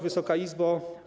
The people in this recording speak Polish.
Wysoka Izbo!